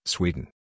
Sweden